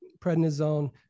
prednisone